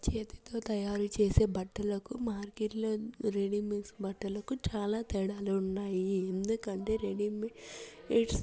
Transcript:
చేతితో తయారుచేసే బట్టలకు మార్కెట్లో రెడీమేడ్ బట్టలకు చాలా తేడాలున్నాయి ఎందుకంటే రెడీమేడ్